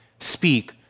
speak